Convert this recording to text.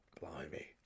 Blimey